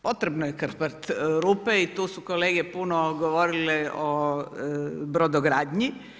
Potrebno je krpati rupe i tu su kolege puno govorile o brodogradnji.